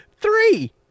Three